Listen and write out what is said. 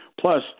Plus